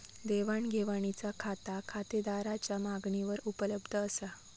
देवाण घेवाणीचा खाता खातेदाराच्या मागणीवर उपलब्ध असा